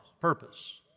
purpose